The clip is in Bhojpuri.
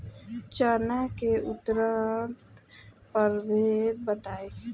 चना के उन्नत प्रभेद बताई?